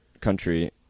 country